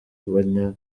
abanya